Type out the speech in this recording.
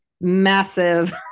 massive